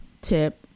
tip